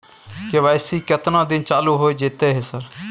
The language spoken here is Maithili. के.वाई.सी केतना दिन चालू होय जेतै है सर?